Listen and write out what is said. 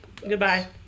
Goodbye